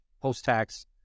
post-tax